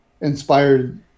inspired